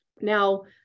Now